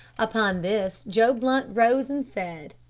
upon this joe blunt rose and said,